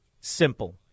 simple